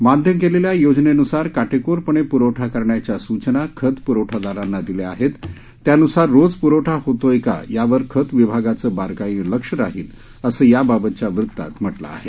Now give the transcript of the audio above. मान्य केलेल्या योजनेनुसार काटेकोरपणे प्रवठा करण्याच्या सूचना खत प्रवठादारांना दिल्या आहेत त्यानुसार रोज पुरवठा होतोय का यावर खत विभागाचं बारकाईनं लक्ष राहील असं याबाबतच्या वृत्तात म्हटलं आहे